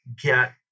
get